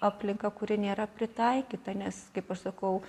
aplinka kuri nėra pritaikyta nes kaip aš sakau